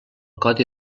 codi